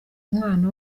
umwana